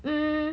mm